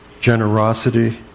generosity